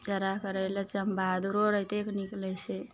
चरा करय लए चमबहादुरो राइते कए निकलय छै